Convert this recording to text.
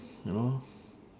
you know